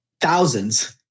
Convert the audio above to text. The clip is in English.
thousands